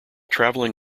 traveling